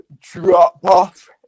drop-off